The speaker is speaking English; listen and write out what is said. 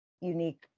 unique